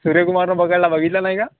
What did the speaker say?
सूर्यकुमारनं पकडला बघितला नाही का